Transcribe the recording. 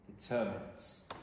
determines